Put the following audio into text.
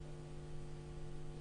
נגד?